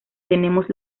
tenemos